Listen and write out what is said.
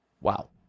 Wow